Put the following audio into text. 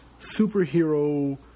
superhero